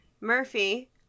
Murphy